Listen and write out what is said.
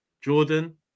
Jordan